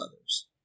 others